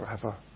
forever